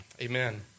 Amen